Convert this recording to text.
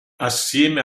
assieme